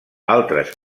altres